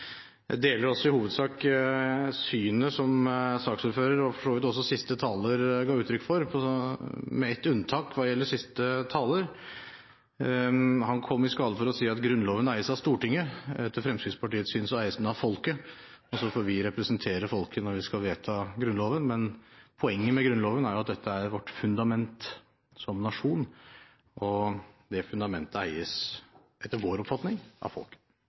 Jeg deler også i hovedsak synet som saksordføreren og for så vidt også siste taler ga uttrykk for, med ett unntak hva gjelder siste taler: Han kom i skade for å si at Grunnloven eies av Stortinget. Etter Fremskrittspartiets syn eies den av folket, og så får vi representere folket når vi skal vedta Grunnloven. Poenget med Grunnloven er at dette er vårt fundament som nasjon og det fundamentet eies, etter vår oppfatning, av